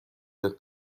the